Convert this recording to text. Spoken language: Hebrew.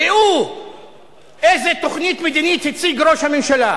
ראו איזה תוכנית מדינית הציג ראש הממשלה.